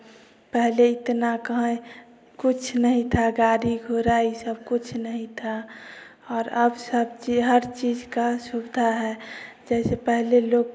पहले इतना कहैं कुछ नहीं था गाड़ी घोड़ा यह सब कुछ नहीं था और अब सब ची हर चीज़ का सुवधा है जैसे पहले लोग